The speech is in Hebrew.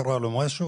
קרה לו משהו,